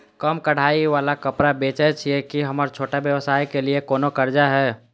हम कढ़ाई वाला कपड़ा बेचय छिये, की हमर छोटा व्यवसाय के लिये कोनो कर्जा है?